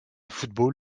football